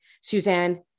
Suzanne